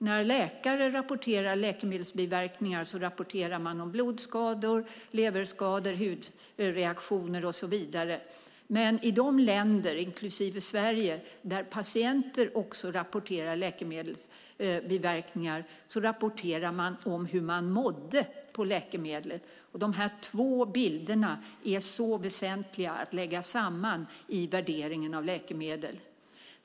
När läkare rapporterar läkemedelsbiverkningar rapporterar de om blodskador, leverskador, hudreaktioner och så vidare. Men i de länder, inklusive Sverige, där patienter också rapporterar läkemedelsbiverkningar rapporterar de om hur de mådde av läkemedlet. Dessa två bilder är så väsentliga att lägga samman i värderingen av läkemedel.